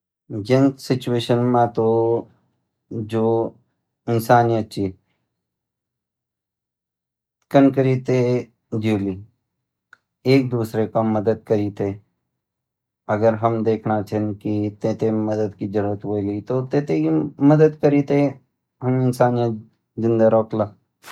यन situation मा ता जो इंसानियत ची कन करीते ज्योली एक-दूसरे मदद करते अगर हम देखडा छिन की तेते मदद की ज़रूरत वोली ता हम मदद कोरीते इंसानियत ज़िंदा रोखला।